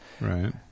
Right